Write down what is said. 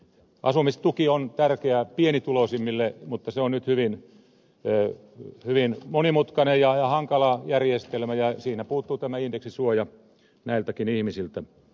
asumistuki on tärkeä pienituloisimmille mutta se on nyt hyvin monimutkainen ja hankala järjestelmä ja siinä puuttuu tämä indeksisuoja näiltäkin ihmisiltä